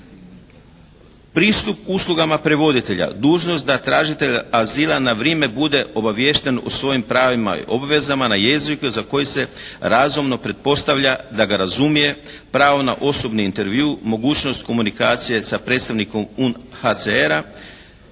Pristup uslugama prevoditelja. Dužnost da tražitelj azila na vrijeme bude obaviješten o svojim pravima i obvezama na jeziku za koji se razumno pretpostavlja da ga razumije, pravo na osobni intervju, mogućnost komunikacije sa predstavnikom UNHCR-a.